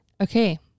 Okay